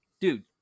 dude